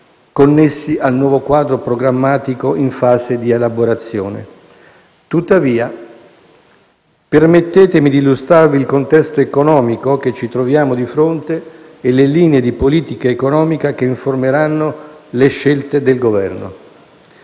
connessi al nuovo quadro programmatico in fase di elaborazione. Tuttavia, permettetemi di illustrarvi il contesto economico che ci troviamo di fronte e le linee di politica economica che informeranno le scelte del Governo.